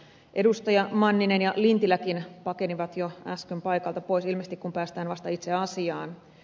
edustajat manninen ja lintiläkin pakenivat jo äsken paikalta pois ilmeisesti kun päästään vasta itse asiaan